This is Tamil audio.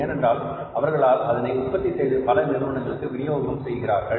ஏனென்றால் அவர்கள் அதனை உற்பத்தி செய்து பல நிறுவனங்களுக்கு விநியோகம் செய்கிறார்கள்